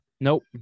Nope